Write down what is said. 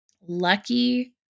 Lucky